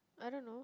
I don't know